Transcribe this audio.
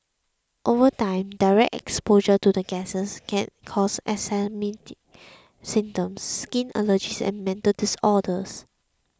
over time direct exposure to the gases can cause asthmatic symptoms skin allergies and mental disorders